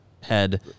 head